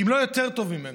אם לא יותר טוב ממנו,